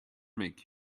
make